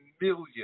million